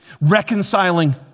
reconciling